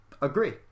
agree